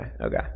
okay